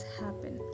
happen